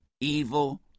evil